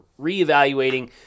reevaluating